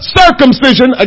circumcision